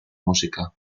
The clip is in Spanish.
música